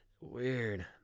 weird